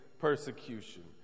persecution